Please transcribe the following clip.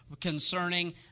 concerning